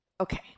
Okay